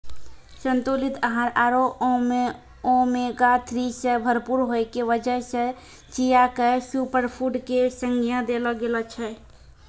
संतुलित आहार आरो ओमेगा थ्री सॅ भरपूर होय के वजह सॅ चिया क सूपरफुड के संज्ञा देलो गेलो छै